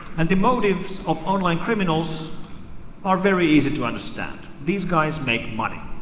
and the motives of online criminals are very easy to understand. these guys make money.